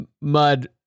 Mud